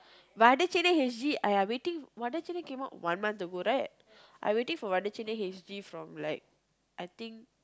but other channel h_d !aiya! waiting one other channel come out one month ago right I waiting for other channel h_d from like I think